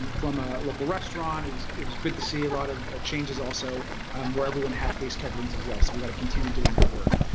from a local restaurant. it was good to see a lot of ah changes also um where everyone had face coverings as well so we got to continue doing that work.